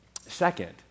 Second